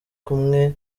kumwe